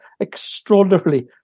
extraordinarily